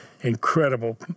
incredible